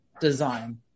design